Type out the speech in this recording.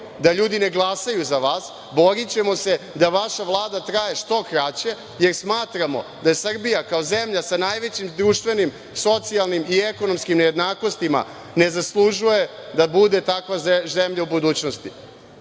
da ljudi ne glasaju za vas, borićemo se da vaša Vlada traje što kraće, jer smatramo da Srbija kao zemlja sa najvećim društvenim, socijalnim i ekonomskim nejednakostima ne zaslužuje da bude takva zemlja u budućnosti. Mnogo